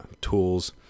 tools